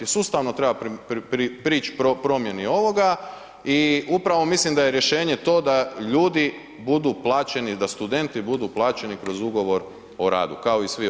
Sustavno treba prići promjeni ovoga i upravo mislim da je rješenje to da ljudi budu plaćeni, da studenti budu plaćeni kroz ugovor o radu, kao i svi ostali u RH.